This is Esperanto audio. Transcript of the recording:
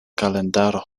kalendaro